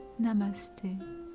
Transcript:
Namaste